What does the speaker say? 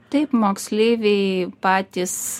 taip moksleiviai patys